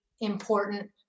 important